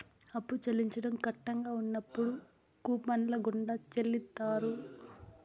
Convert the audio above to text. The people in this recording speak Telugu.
అప్పు చెల్లించడం కట్టంగా ఉన్నప్పుడు కూపన్ల గుండా చెల్లిత్తారు